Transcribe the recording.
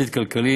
אני יכול לבקש.